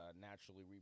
naturally